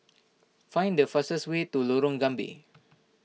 find the fastest way to Lorong Gambir